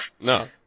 no